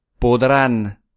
Podrán